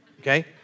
okay